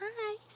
hi